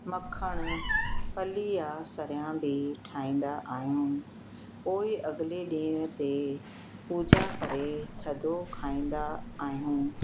मखण पली या सरियांह बि ठाहींदा आहियूं पोइ अॻिले ॾींहं ते पूजा करे थधो खाईंदा आहियूं